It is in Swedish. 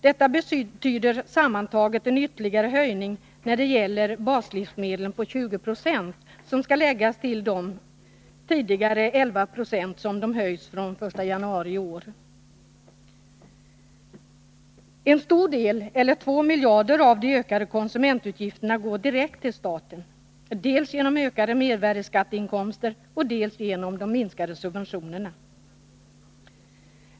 Detta betyder sammantaget en ytterligare höjning — när det gäller baslivsmedlen på 20 90 som skall läggas till de 11 26 som livsmedlen tidigare har höjts med från den 1 januari i år. En stor del, eller över 2 miljarder, av de ökade konsumentutgifterna går direkt till staten, dels genom ökade mervärdeskatteinkomster, dels genom de minskade subventionerna.